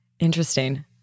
Interesting